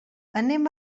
anem